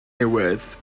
newydd